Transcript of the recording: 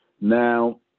Now